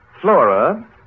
Flora